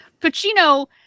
Pacino